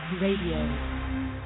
Radio